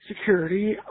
Security